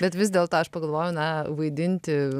bet vis dėlto aš pagalvojau na vaidinti